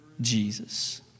Jesus